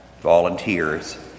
volunteers